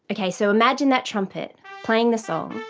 okay, so imagine that trumpet playing the song,